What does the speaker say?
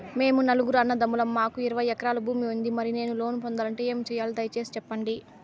మేము నలుగురు అన్నదమ్ములం మాకు ఇరవై ఎకరాల భూమి ఉంది, మరి నేను లోను పొందాలంటే ఏమి సెయ్యాలి? దయసేసి సెప్పండి?